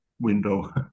window